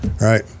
right